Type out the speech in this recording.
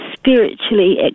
spiritually